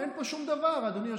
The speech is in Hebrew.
אין פה שום דבר, אדוני היושב-ראש.